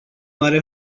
mare